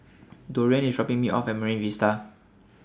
Dorian IS dropping Me off At Marine Vista